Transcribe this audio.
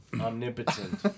Omnipotent